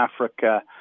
Africa